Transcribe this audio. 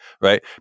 right